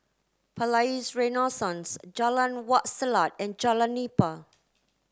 Palais Renaissance Jalan Wak Selat and Jalan Nipah